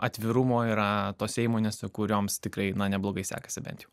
atvirumo yra tose įmonėse kurioms tikrai neblogai sekasi bent jau